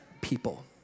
people